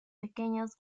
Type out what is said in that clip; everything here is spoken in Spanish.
pequeños